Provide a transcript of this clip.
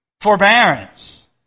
Forbearance